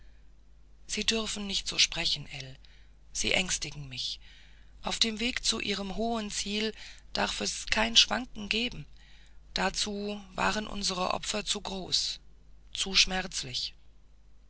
sie dürfen so nicht sprechen ell sie ängstigen mich auf dem weg zu ihrem hohen ziel darf es kein schwanken geben dazu waren unsre opfer zu groß zu schmerzlich